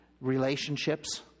relationships